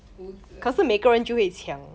屋子啊